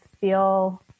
feel